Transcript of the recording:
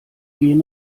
gehen